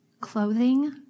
clothing